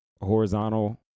horizontal